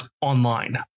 online